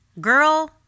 girl